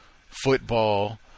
football